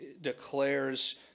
declares